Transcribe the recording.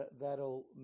that'll